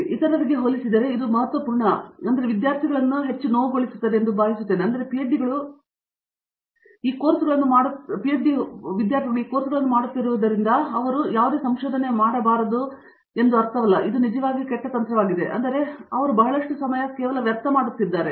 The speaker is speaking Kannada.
ಹಾಗಾಗಿ ಇತರರಿಗೆ ಹೋಲಿಸಿದರೆ ಇದು ಮಹತ್ವಪೂರ್ಣ ವಿದ್ಯಾರ್ಥಿಗಳನ್ನು ಹೆಚ್ಚು ನೋವುಗೊಳಿಸುತ್ತದೆ ಎಂದು ನಾನು ಭಾವಿಸುತ್ತೇನೆ ಪಿಎಚ್ಡಿಗಳು ನಾನು ಈ ಕೋರ್ಸ್ಗಳನ್ನು ಮಾಡುತ್ತಿರುವುದರಿಂದ ಅವರು ನನಗೆ ಯಾವುದೇ ಸಂಶೋಧನೆ ಮಾಡಬಾರದು ಮತ್ತು ಅದು ನಿಜವಾಗಿಯೂ ಕೆಟ್ಟ ತಂತ್ರವಾಗಿದೆ ಏಕೆಂದರೆ ಅವರು ಬಹಳಷ್ಟು ಸಮಯ ಕೇವಲ ವ್ಯರ್ಥವಾಗುತ್ತಿದ್ದಾರೆ